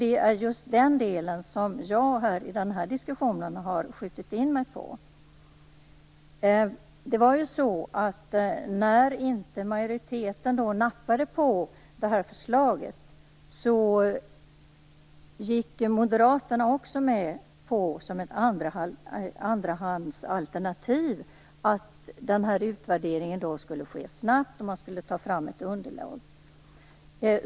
Det är just den delen jag har riktat in mig på i den här diskussionen. När majoriteten inte nappade på förslaget gick Moderaterna också med på - som ett andrahandsalternativ - att utvärderingen skulle ske snabbt och att ett underlag skulle tas fram.